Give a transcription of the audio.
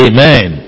Amen